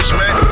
man